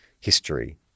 history